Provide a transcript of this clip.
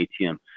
ATM